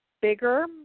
bigger